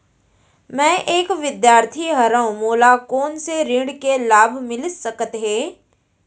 मैं एक विद्यार्थी हरव, मोला कोन से ऋण के लाभ मिलिस सकत हे?